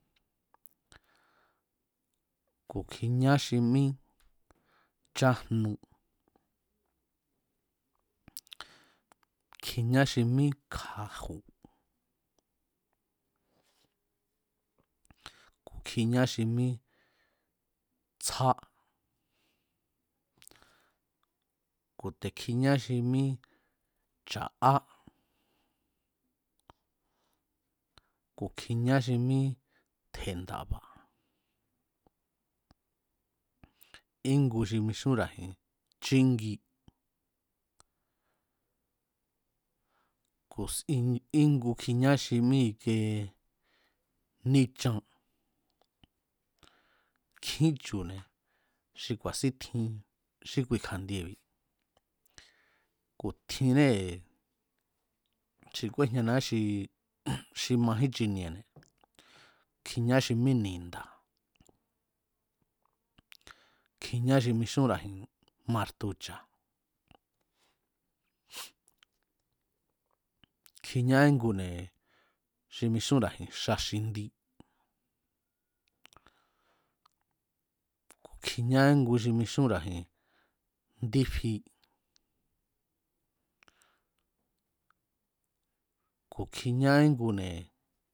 Ku̱ kjiñá xi mí chájnu kjiña xi mí kja̱ju̱ ku̱ kjiña xi mí tsja, ku̱ te̱ kjiñá xi mí cha̱'á, ku̱ kjiña xi mí tje̱ndába̱, íngu xi mixúnra̱ji̱n chíngi, ku̱ íngu kjiña xi mí i̱ke níchan nkjín chu̱ne̱ xi ku̱a̱ sín tji xi kui kja̱ndiebi̱ ku̱ tjinée̱ xi kúejñaniá xi xi majín chiniene̱ kjiñá xi mí ni̱nda̱ kjiñáxi mixura̱ji̱n martucha̱ kjiña íngune̱ xi mixúnra̱ji̱n xa xindi ku̱kjiña íngu xi mixúnra̱jin ndífi, ku̱ kjiñá íngune̱